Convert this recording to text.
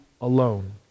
alone